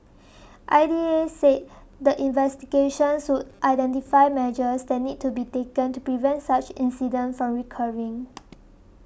I D A said the investigations would identify measures that need to be taken to prevent such incidents from recurring